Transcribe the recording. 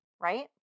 right